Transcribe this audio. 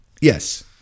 Yes